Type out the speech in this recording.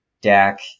Dak